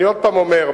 אני עוד פעם אומר,